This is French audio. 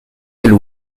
ailes